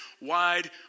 wide